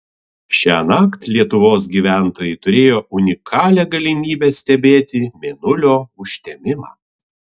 šiąnakt lietuvos gyventojai turėjo unikalią galimybę stebėti mėnulio užtemimą